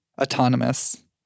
autonomous